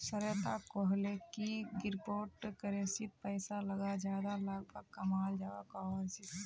श्वेता कोहले की क्रिप्टो करेंसीत पैसा लगाले ज्यादा लाभ कमाल जवा सकोहिस